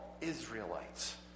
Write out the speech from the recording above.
Israelites